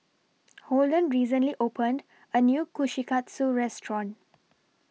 Holden recently opened A New Kushikatsu Restaurant